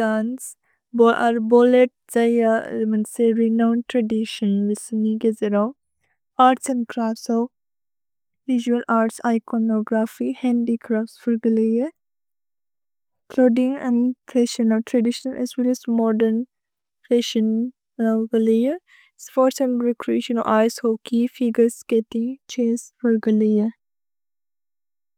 Dance, ballet जहिवज्, arts and crafts of visual arts, iconography, handicrafts. Clothing and fashion of traditional as well as modern fashion of the लयेर्। Sports and recreation of ice hockey, figure skating, chess, rugby layer.